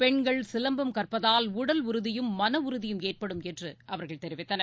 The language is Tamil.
பெண்கள் சிலம்பம் கற்பதால் உடல் உறுதியும் மனஉறுதியும் என்படும் என்றுஅவர்கள் தெரிவித்தனர்